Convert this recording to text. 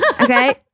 Okay